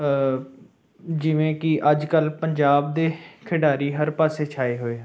ਜਿਵੇਂ ਕਿ ਅੱਜ ਕੱਲ੍ਹ ਪੰਜਾਬ ਦੇ ਖਿਡਾਰੀ ਹਰ ਪਾਸੇ ਛਾਏ ਹੋਏ ਹਨ